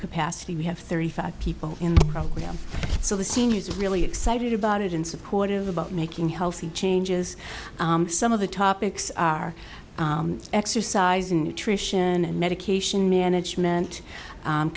capacity we have thirty five people in the program so the seniors are really excited about it and supportive about making healthy changes some of the topics are exercising nutrition and medication management